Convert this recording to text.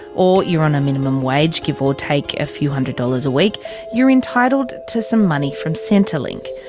or you're on minimum wage, give or take a few hundred dollars a week you're entitled to some money from centrelink.